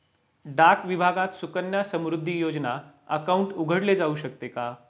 डाक विभागात सुकन्या समृद्धी योजना अकाउंट उघडले जाऊ शकते का?